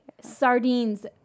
sardines